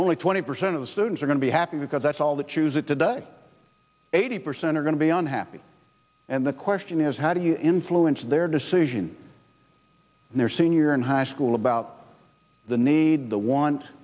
only twenty percent of students are be happy because that's all the choose it today eighty percent are going to be unhappy and the question is how do you influence their decision their senior in high school about the need the wan